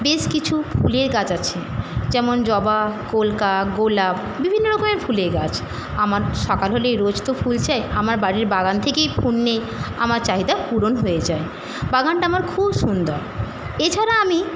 বেশ কিছু ফুলের গাছ আছে যেমন জবা কলকে গোলাপ বিভিন্ন রকমের ফুলের গাছ আমার সকাল হলেই রোজ তো ফুল চাই আমার বাড়ির বাগান থেকেই ফুল নিয়েই আমার চাহিদা পূরণ হয়ে যায় বাগানটা আমার খুব সুন্দর এছাড়া আমি